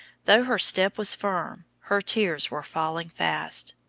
though her step was firm, her tears were falling fast,